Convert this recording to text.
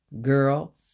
girl